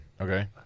Okay